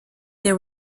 there